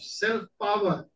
self-power